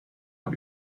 mal